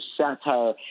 satire